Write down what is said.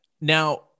Now